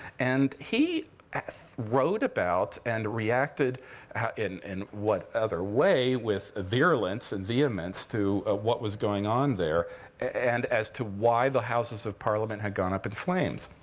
and he wrote about and reacted in in what other way with virulence and vehemence to what was going on there and as to why the houses of parliament had gone up in flames.